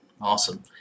awesome